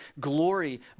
glory